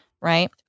right